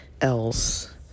else